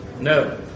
No